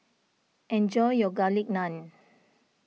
enjoy your Garlic Naan